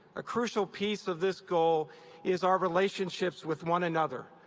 a crucial piece of this goal is our relationships with one another,